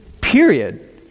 period